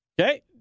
Okay